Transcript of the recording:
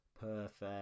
Perfect